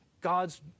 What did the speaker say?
God's